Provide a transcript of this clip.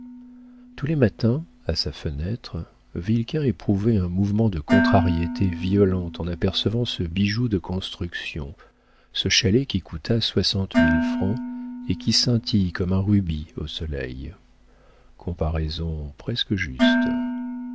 tous les matins à sa fenêtre vilquin éprouvait un mouvement de contrariété violente en apercevant ce bijou de construction ce chalet qui coûta soixante mille francs et qui scintille comme un rubis au soleil comparaison presque juste